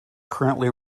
currently